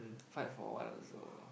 hide for what also